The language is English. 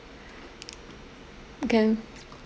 can